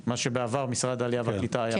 מה שבעבר משרד העלייה והקליטה היה עושה?